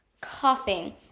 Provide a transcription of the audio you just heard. Coughing